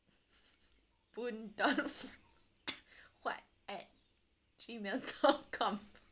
boon dot huat at gmail dot com